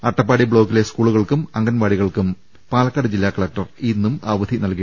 അട്ടപ്പാടി ബ്ലോക്കിലെ സ്കൂളുകൾക്കും അങ്കൺവാടികൾക്കും പാലക്കാട് ജില്ലാ കലക്ടർ ഇന്നും അവധി പ്രഖ്യാപിച്ചു